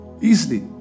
Easily